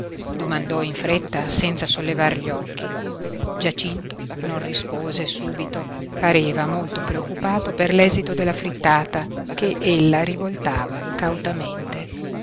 domandò in fretta senza sollevar gli occhi giacinto non rispose subito pareva molto preoccupato per l'esito della frittata che ella rivoltava cautamente